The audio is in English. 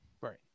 Right